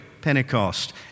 Pentecost